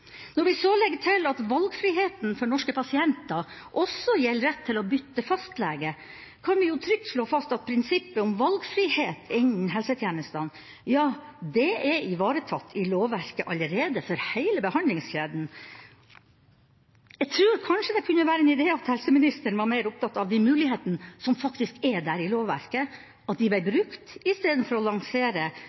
Når vi så legger til at valgfriheten for norske pasienter også gjelder rett til å bytte fastlege, kan vi trygt slå fast at prinsippet om valgfrihet innen helsetjenestene er ivaretatt i lovverket allerede – for heile behandlingskjeden. Jeg tror det kanskje kunne være en idé at helseministeren var mer opptatt av de mulighetene som faktisk er i lovverket, at de ble brukt, istedenfor å lansere